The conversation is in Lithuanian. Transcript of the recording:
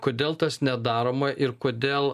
kodėl tas nedaroma ir kodėl